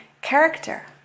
character